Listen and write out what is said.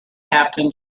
captain